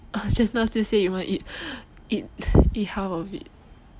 uh just now you still say you want to eat eat half of it